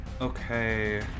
Okay